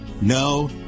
no